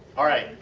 alright.